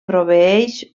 proveeix